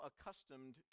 accustomed